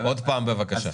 עוד פעם בבקשה, נתנאל.